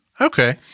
Okay